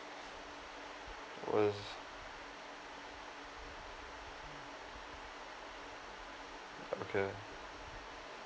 was okay